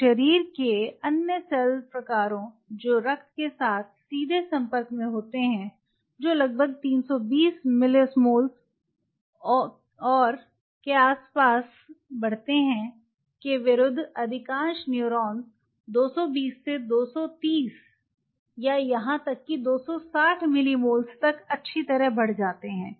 तो शरीर के अन्य सेल प्रकारों जो रक्त के साथ सीधे संपर्क में होते हैं जो लगभग 320 मिलिस्मोल्स और के आस पास बढ़ते हैं के विरुद्ध अधिकांश न्यूरॉन्स 220 से 230 या यहां तक कि 260 मिलीसेमोल्स तक अच्छी तरह बढ़ जाते हैं